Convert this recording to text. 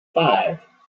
five